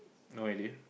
oh really